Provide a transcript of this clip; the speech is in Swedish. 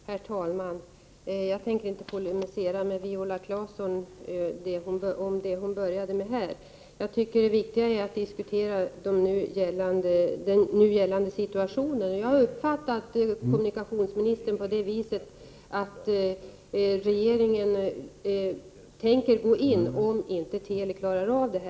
Herr talman! Jag tänker inte polemisera mot det som Viola Claesson senast tog upp. Det viktiga är att diskutera den nu föreliggande situationen, och jag har uppfattat det som kommunikationsministern sagt så, att regeringen tänker ingripa om Teli inte klarar den.